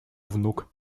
внук